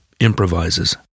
improvises